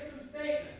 say